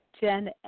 Jen